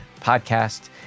podcast